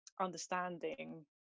understanding